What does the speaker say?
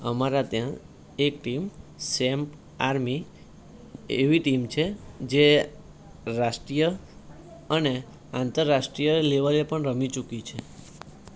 અમારા ત્યાં એક ટીમ સેમ આર્મી એવી ટીમ છે જે રાષ્ટ્રીય અને આંતરરાષ્ટ્રીય લેવલે પણ રમી ચૂકી છે